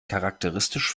charakteristisch